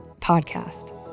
podcast